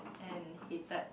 and hated